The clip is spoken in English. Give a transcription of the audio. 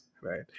right